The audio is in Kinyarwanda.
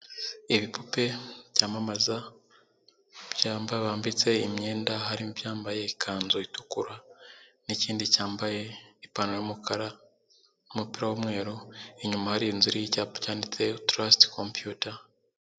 Ibipupe byamamaza bambitse imyenda, harimo ibyambaye ikanzu itukura n'ikindi cyambaye ipantaro y'umukara, umupira w'umweru, inyuma hari inzu iriho icyapa cyanditseho Tarasiti kompiyuta.